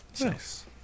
Nice